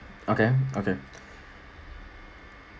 okay okay